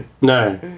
No